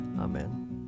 Amen